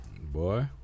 boy